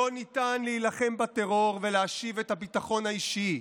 לא ניתן להילחם בטרור ולהשיב את הביטחון האישי,